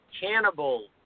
cannibal